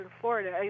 Florida